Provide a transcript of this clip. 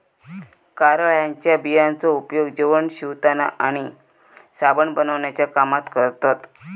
कारळ्याच्या बियांचो उपयोग जेवण शिवताना आणि साबण बनवण्याच्या कामात करतत